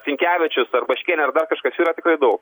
sinkevičius ar baškienė ar dar kažkas yra tikrai dau